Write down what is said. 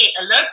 alert